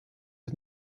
was